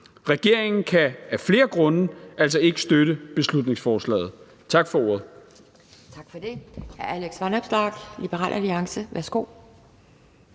Regeringen kan af flere grunde altså ikke støtte beslutningsforslaget. Tak for ordet.